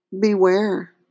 beware